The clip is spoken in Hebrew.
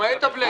למעט הבלאנק.